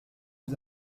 aux